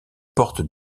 portes